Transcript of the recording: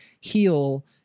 heal